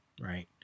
right